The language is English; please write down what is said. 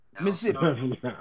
Mississippi